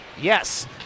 Yes